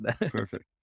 perfect